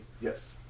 Yes